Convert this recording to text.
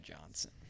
Johnson